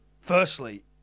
Firstly